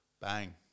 bang